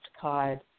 card